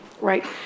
right